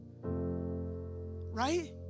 Right